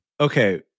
Okay